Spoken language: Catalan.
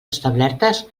establertes